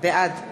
בעד